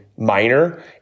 Minor